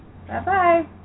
Bye-bye